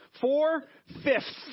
four-fifths